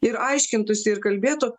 ir aiškintųsi ir kalbėtų